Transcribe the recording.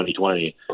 2020